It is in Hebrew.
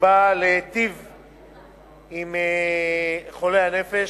שבאה להיטיב עם חולי הנפש.